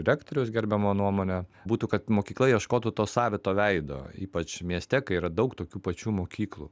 rektoriaus gerbiamą nuomonę būtų kad mokykla ieškotų to savito veido ypač mieste kai yra daug tokių pačių mokyklų